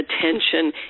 attention